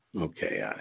Okay